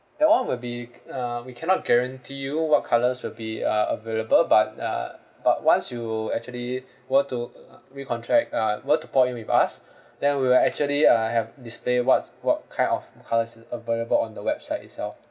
that [one] will be uh we cannot guarantee you what colours will be uh available but uh but once you actually were to uh uh recontract uh were to port in with us then we will actually uh have display what's what kind of colours is available on the website itself